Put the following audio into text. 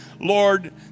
Lord